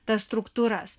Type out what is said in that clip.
tas struktūras